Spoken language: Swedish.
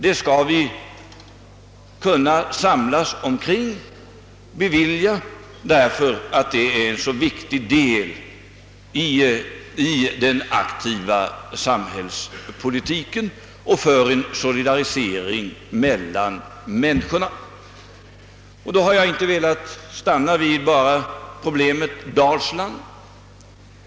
Det skall vi kunna samlas omkring att bevilja, därför att det är en viktig del i den aktiva samhällspolitiken och för en solidarisering mellan människorna. I detta sammanhang har jag inte velat stanna bara vid problemet Dalsland.